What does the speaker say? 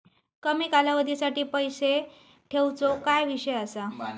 कमी कालावधीसाठी पैसे ठेऊचो काय विषय असा?